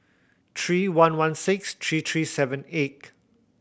three one one six three three seven eight